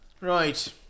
right